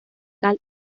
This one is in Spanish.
cal